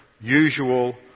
usual